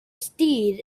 steed